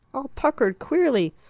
all puckered queerly.